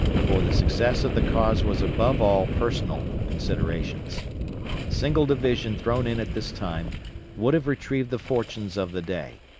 for the success of the cause was above all personal considerations. a single division thrown in at this time would have retrieved the fortunes of the day.